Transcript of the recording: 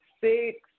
six